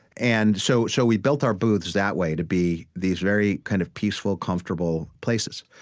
and so so we built our booths that way, to be these very, kind of peaceful, comfortable places.